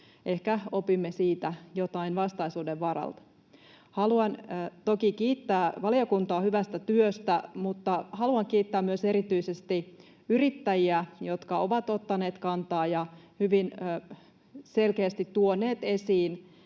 Ehkä opimme siitä jotain vastaisuuden varalta. Haluan toki kiittää valiokuntaa hyvästä työstä, mutta haluan kiittää erityisesti yrittäjiä, jotka ovat ottaneet kantaa ja hyvin selkeästi tuoneet esiin